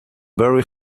very